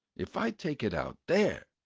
if i take it out there,